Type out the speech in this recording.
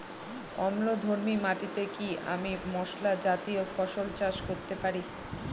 অম্লধর্মী মাটিতে কি আমি মশলা জাতীয় ফসল চাষ করতে পারি?